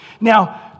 Now